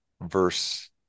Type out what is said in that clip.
verse